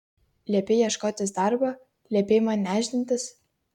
liepei ieškotis darbo liepei man nešdintis